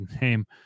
name